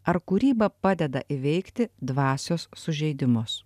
ar kūryba padeda įveikti dvasios sužeidimus